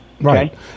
Right